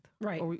Right